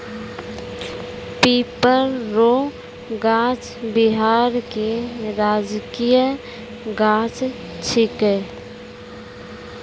पीपर रो गाछ बिहार के राजकीय गाछ छिकै